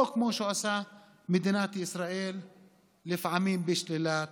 או כמו שעושה מדינת ישראל לפעמים, בשלילה